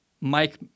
Mike